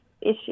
issue